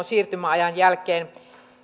siirtymäajan jälkeen lyhenee